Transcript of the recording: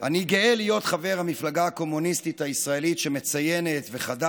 אני גאה להיות חבר המפלגה הקומוניסטית הישראלית וחד"ש,